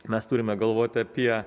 mes turime galvoti apie